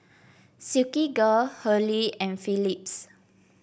Silkygirl Hurley and Phillips